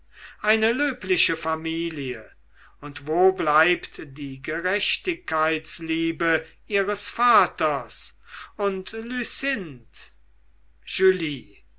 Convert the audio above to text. eine löbliche familie und wo bleibt die gerechtigkeitsliebe ihres vaters und